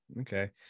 Okay